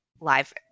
live